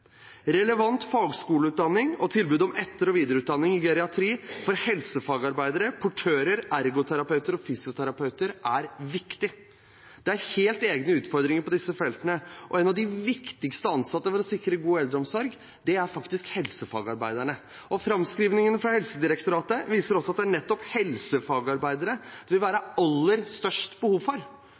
Relevant fagskoleutdanning og tilbud om etter- og videreutdanning i geriatri for helsefagarbeidere, portører, ergoterapeuter og fysioterapeuter er viktig. Det er helt egne utfordringer på disse feltene, og blant de viktigste ansatte for å sikre god eldreomsorg er faktisk helsefagarbeiderne. Framskrivningene fra Helsedirektoratet viser at det er nettopp helsefagarbeidere det vil være aller størst behov for.